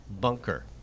Bunker